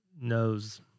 knows